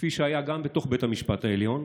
כפי שהיה גם בתוך בית המשפט העליון,